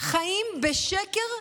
חיים בשקר,